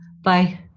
Bye